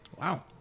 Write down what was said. Wow